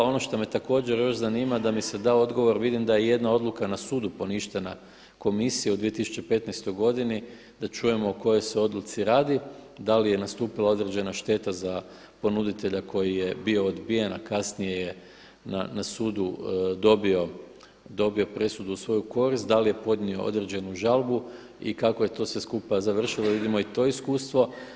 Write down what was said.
Ono što me također još zanima, da mi se da odgovor, vidim da je jedna odluka na sudu poništena komisije u 2015. godini da čujemo o kojoj se odluci radi, da li je nastupila određena šteta za ponuditelja koji je bio odbijen, a kasnije je na sudu dobio presudu u svoju korist, da li je podnio određenu žalbu i kako je sve to skupa završilo da vidimo i to iskustvo.